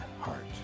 heart